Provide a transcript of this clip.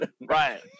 Right